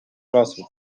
losów